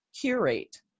curate